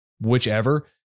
whichever